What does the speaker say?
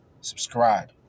Subscribe